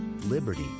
Liberty